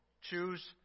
Choose